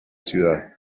ciudad